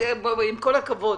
עם כל הכבוד,